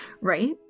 right